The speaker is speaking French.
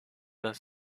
dans